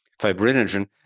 fibrinogen